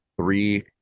Three